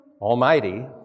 Almighty